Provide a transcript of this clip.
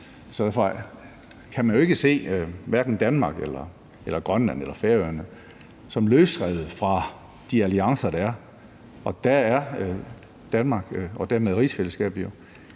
af NATO. Man kan jo ikke se Danmark eller Grønland eller Færøerne som løsrevet fra de alliancer, der er, og Danmark og dermed rigsfællesskabet er